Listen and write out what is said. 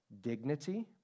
dignity